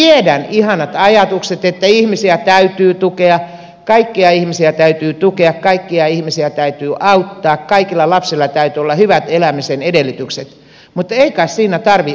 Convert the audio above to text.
minä tiedän ihanat ajatukset että ihmisiä täytyy tukea kaikkia ihmisiä täytyy tukea kaikkia ihmisiä täytyy auttaa kaikilla lapsilla täytyy olla hyvät elämisen edellytykset mutta ei kai siinä tarvitse olla naiivi